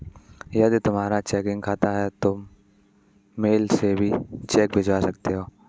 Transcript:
यदि तुम्हारा चेकिंग खाता है तो तुम मेल से भी चेक भिजवा सकते हो